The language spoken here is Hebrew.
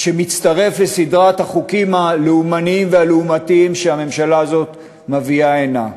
שמצטרף לסדרת החוקים הלאומניים והלעומתיים שהממשלה הזאת מביאה הנה.